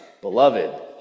beloved